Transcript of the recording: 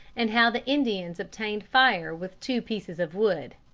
and how the indians obtained fire with two pieces of wood.